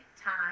time